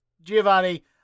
giovanni